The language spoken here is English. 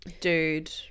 dude